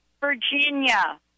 Virginia